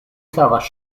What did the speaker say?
savas